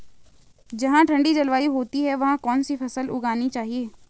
जहाँ ठंडी जलवायु होती है वहाँ कौन सी फसल उगानी चाहिये?